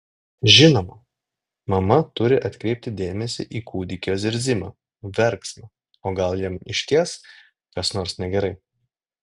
žinoma mama turi atkreipti dėmesį į kūdikio zirzimą verksmą o gal jam išties kas nors negerai